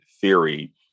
theory